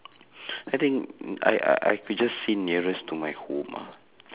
I think I I I just say nearest to my home ah